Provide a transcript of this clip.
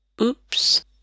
Oops